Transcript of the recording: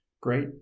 great